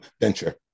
venture